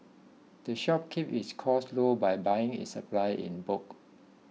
the shop keeps its costs low by buying its supplies in bulk